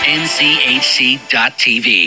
nchc.tv